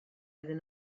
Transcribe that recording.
iddyn